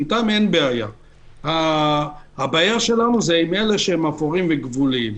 הבעיה שלנו היא עם האפורים והגבוליים.